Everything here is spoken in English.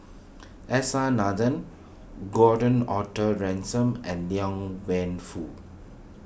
S R Nathan Gordon Arthur Ransome and Liang Wenfu